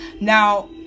Now